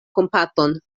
kompaton